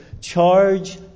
charge